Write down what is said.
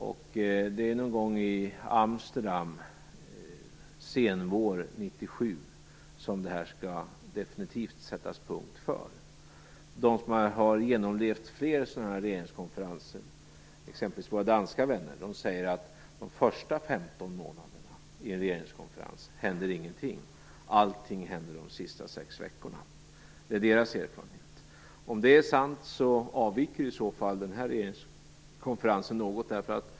Det är i Amsterdam någon gång under senvåren 97 som det definitivt skall sättas punkt för detta. De som har genomlevt fler sådana här regeringskonferenser, exempelvis våra danska vänner, säger att det inte händer någonting de första 15 månaderna av en regeringskonferens - allt händer under de sista sex veckorna. Det är deras erfarenhet. Om det är sant avviker den här regeringskonferensen något.